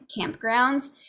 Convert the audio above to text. campgrounds